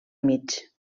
mig